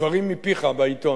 דברים מפיך בעיתון.